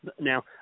Now